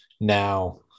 now